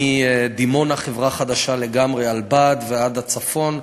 מדימונה, חברה חדשה לגמרי "על בד" ועד הצפון,